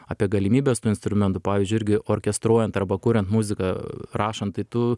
apie galimybes tų instrumentų pavyzdžiui irgi orkestruojant arba kuriant muziką rašant tai tu